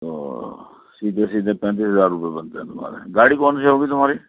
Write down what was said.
تو سیدھے سیدھے پینتیس ہزار روپئے بنتے ہیں تمہارے گاڑی کون سی ہوگی تہماری